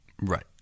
Right